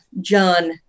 John